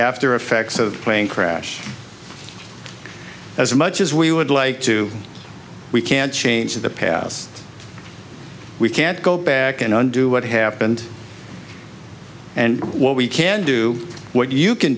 after effects of plane crash as much as we would like to we can't change the past we can't go back and undo what happened and what we can do what you can